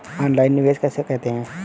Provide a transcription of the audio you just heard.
Online निवेश किसे कहते हैं?